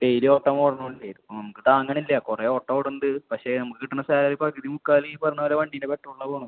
daily ഓട്ടം ഓടുന്നതുകൊണ്ടേ നമുക്ക് താങ്ങുന്നില്ല കുറേ ഓട്ടം ഓടുന്നതുകൊണ്ട് പക്ഷേ നമുക്ക് കിട്ടുന്ന സാലറി പകുതി മുക്കാലും ഈ പറഞ്ഞതുപോലെ വണ്ടീൻ്റെ പെട്രോളിലാണ് പോവുന്നത്